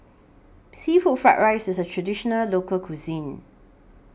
Seafood Fried Rice IS A Traditional Local Cuisine